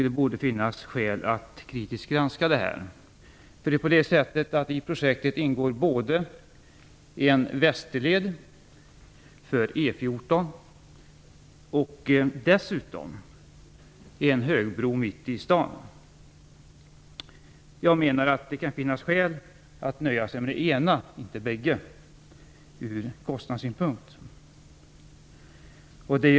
Det borde finnas skäl att kritiskt granska det hela. I projektet ingår nämligen både en västerled för E 14 och en högbro mitt i staden. Jag menar att det kan finnas skäl att från kostnadssynpunkt nöja sig med det ena.